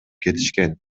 кетишкен